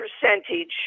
percentage